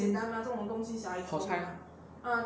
mm 跑差